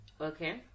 okay